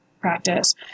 practice